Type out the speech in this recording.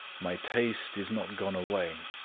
my taste is not gone away,